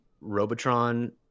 Robotron